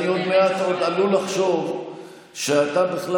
אני עוד מעט עוד עלול לחשוב שאתה בכלל